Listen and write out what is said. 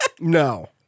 No